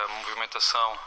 movimentação